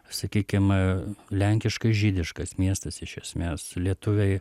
sakykim e lenkiškas žydiškas miestas iš esmės lietuviai